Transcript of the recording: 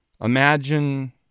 Imagine